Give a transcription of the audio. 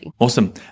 Awesome